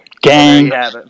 Gang